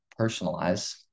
personalize